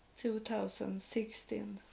2016